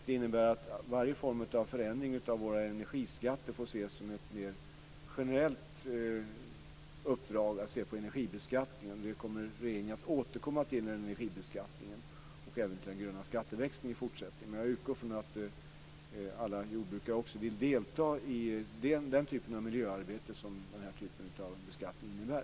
Det innebär att varje form av förändring av våra energiskatter får ses som ett mer generellt uppdrag att se på energibeskattningen. Regeringen kommer att återkomma till energibeskattningen och även till den gröna skatteväxlingen. Men jag utgår från att alla jordbrukare också vill delta i den form av miljöarbete som den här typen av beskattning innebär.